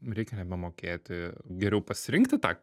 reikia nebemokėti geriau pasirinkti tą